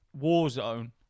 Warzone